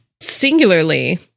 singularly